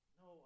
no